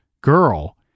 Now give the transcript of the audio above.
girl